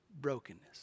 brokenness